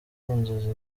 inzozi